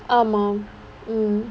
ஆமா:aamaa mm